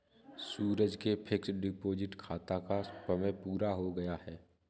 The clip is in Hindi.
सूरज के फ़िक्स्ड डिपॉज़िट खाता का समय पूरा हो गया है